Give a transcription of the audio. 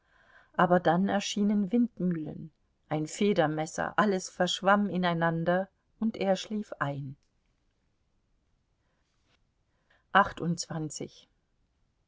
aber dann erschienen windmühlen ein federmesser alles verschwamm ineinander und er schlief ein